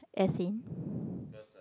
as in